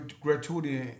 gratuity